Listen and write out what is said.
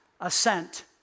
assent